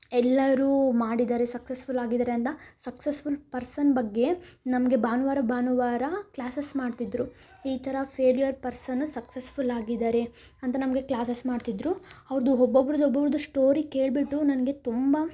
ಎಲ್ಲರೂ ಮಾಡಿದ್ದಾರೆ ಸಕ್ಸಸ್ಫುಲ್ ಆಗಿದ್ದಾರೆ ಅಂತ ಸಕ್ಸಸ್ಫುಲ್ ಪರ್ಸನ್ ಬಗ್ಗೆ ನಮಗೆ ಭಾನುವಾರ ಭಾನುವಾರ ಕ್ಲಾಸ್ಸಸ್ ಮಾಡ್ತಿದ್ದರು ಈ ಥರ ಫೇಲ್ಯೂರ್ ಪರ್ಸನು ಸಕ್ಸಸ್ಫುಲ್ ಆಗಿದ್ದಾರೆ ಅಂತ ನಮಗೆ ಕ್ಲಾಸ್ಸಸ್ ಮಾಡ್ತಿದ್ದರು ಅವ್ರದು ಒಬ್ಬೊಬ್ರುದ್ದು ಒಬ್ಬೊಬ್ರದ್ದು ಸ್ಟೋರಿ ಕೇಳಿಬಿಟ್ಟು ನನಗೆ ತುಂಬ